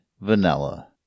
vanilla